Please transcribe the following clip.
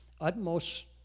utmost